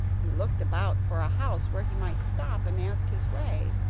he looked about for a house where he might stop and ask his way,